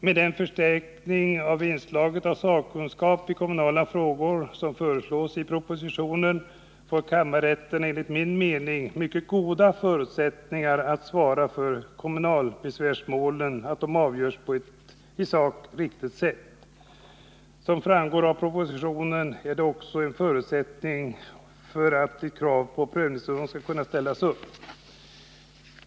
Med den förstärkning av inslaget av sakkunskap i kommunala frågor som föreslås i propositionen får kammarrätterna enligt min mening mycket goda förutsättningar att svara för att kommunalbesvärsmålen avgörs på ett i sak riktigt sätt. Som framgår av propositionen är detta också en förutsättning för att ett krav på prövningstillstånd skall kunna ställas upp.